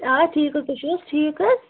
آ ٹھیٖک حظ تُہۍ چھِو حظ ٹھیٖک حظ